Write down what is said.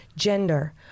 Gender